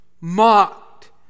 mocked